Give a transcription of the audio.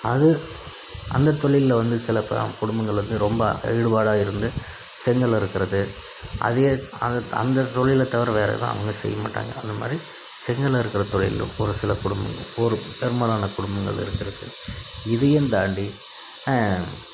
அது அந்த தொழிலை வந்து சில பல குடும்பங்களில் இருந்து ரொம்ப ஈடுபாட இருந்து செங்கல் அறுக்கிறது அதே அந்த அந்த தொழிலை தவிர வேறு எதுவும் அவங்க செய்ய மாட்டாங்க அந்த மாதிரி செங்கல் அறுக்கிற தொழில் ஒரு சில குடும்பங்கள் ஒரு பெரும்பாலான குடும்பங்கள் இருக்குது இதையும் தாண்டி